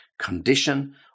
condition